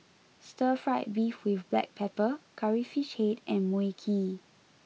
Stir Fried Beef with Black Pepper Curry Fish Head and Mui Kee